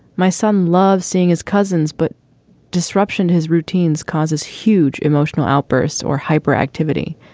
my son loved seeing his cousins, but disruption his routines causes huge emotional outbursts or hyper activity.